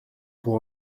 pour